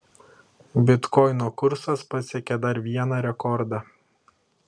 bitkoino kursas pasiekė dar vieną rekordą